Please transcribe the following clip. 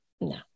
no